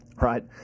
right